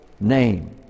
name